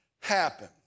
happen